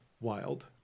wild